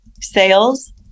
sales